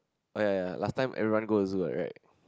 oh ya ya ya last time everyone go zoo what right